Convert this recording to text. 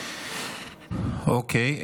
אוקיי.